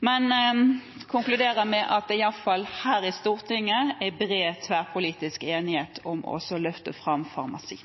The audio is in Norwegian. Men jeg konkluderer med at det iallfall her i Stortinget er bred, tverrpolitisk enighet om å løfte fram farmasi.